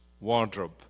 wardrobe